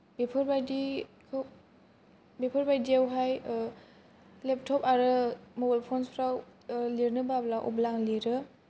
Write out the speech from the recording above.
बेफोरबायदिखौ बेफोरबायदियावहाय लेपटप आरो मबाइल फनसफ्राव लिरनो बाब्ला अब्ला आं लिरो